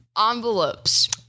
Envelopes